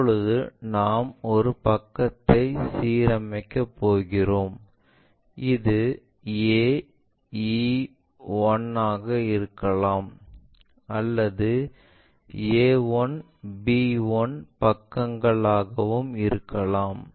இப்போது நாம் ஒரு பக்கத்தை சீரமைக்கப் போகிறோம் அது a e1 ஆக இருக்கலாம் அல்லது a1 b1 பக்கங்களாகவும் இருக்கலாம்